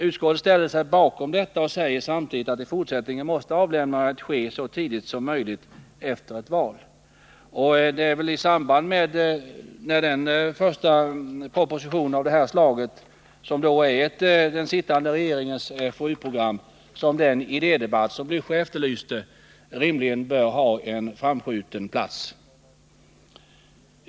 Utskottet ställer sig bakom detta förfarande men säger samtidigt att avlämnandet av dylika propositioner i fortsättningen måste ske så tidigt som möjligt efter ett val. Den idédebatt som Raul Blächer efterlyste bör ha en framskjuten plats i samband med att regeringen lägger fram denna sin proposition — ett regeringens FoU-program.